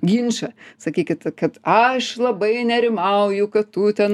ginčą sakykit kad aš labai nerimauju kad tu ten